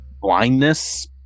blindness